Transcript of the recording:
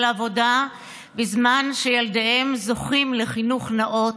העבודה בזמן שילדיהם זוכים לחינוך נאות.